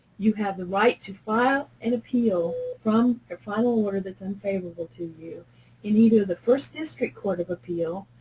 you have the right to file an appeal from a final order that's unfavorable to you in either the first district court of appeal,